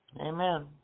Amen